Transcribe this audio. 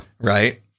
right